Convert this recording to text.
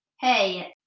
Hey